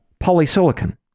polysilicon